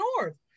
north